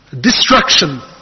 Destruction